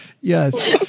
Yes